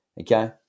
okay